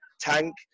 tank